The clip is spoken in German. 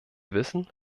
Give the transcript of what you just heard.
wissen